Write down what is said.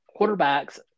quarterbacks